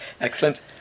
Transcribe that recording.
Excellent